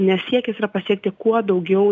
nes siekis yra pasiekti kuo daugiau